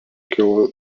kilo